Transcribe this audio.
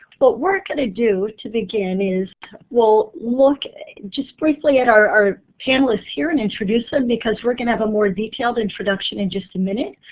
but we're going to do to begin is we'll look just briefly at our panelists here and introduce them, because we're going to have a more detailed introduction in just a minute.